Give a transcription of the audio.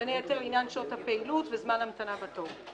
בין היתר, עניין שעות הפעילות וזמן המתנה בתור.